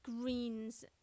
greens